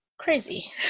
crazy